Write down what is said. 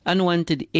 Unwanted